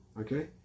Okay